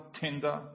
tender